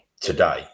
today